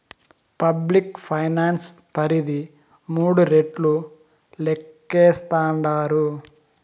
public finance పరిధి మూడు రెట్లు లేక్కేస్తాండారు